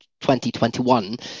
2021